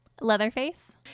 Leatherface